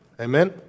Amen